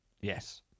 yes